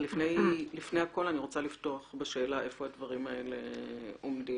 לפני הכול אני רוצה לפתוח בשאלה איפה הדברים הללו עומדים.